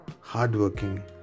hardworking